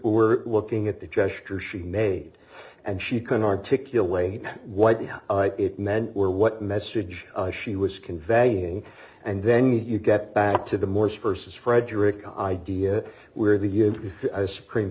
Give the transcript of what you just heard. we're looking at the gesture she made and she can articulate what it meant or what message she was conveying and then you get back to the morse versus frederick idea where the